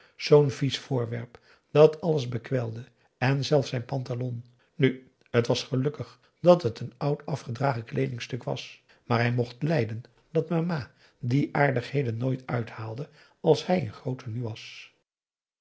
zoo'n vies voorwerp dat alles bekwijlde en zelfs zijn pantalon nu t was gelukkig dat het een oud afgedragen kleedingstuk was maar hij mocht lijden dat mama die aardigheden nooit uithaalde als hij in groot tenue was